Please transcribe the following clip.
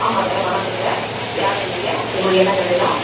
ஆமாங்க வணக்கங்க யாருங்க நீங்கள் உங்களுக்கு என்னங்க வேணும்